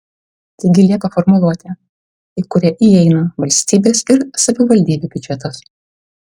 taigi lieka formuluotė į kurią įeina valstybės ir savivaldybių biudžetas